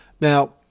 Now